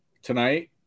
Tonight